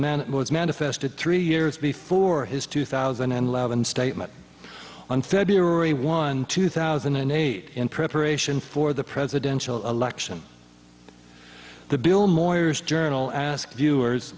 movement was manifested three years before his two thousand and eleven statement on feb one two thousand and eight in preparation for the presidential election the bill moyers journal asked viewers